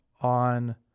on